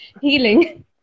healing